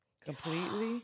completely